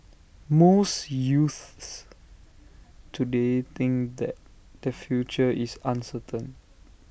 most youths today think that their future is uncertain